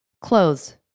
clothes